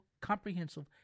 comprehensive